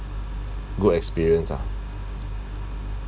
good experience lah